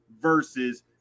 versus